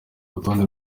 rutonde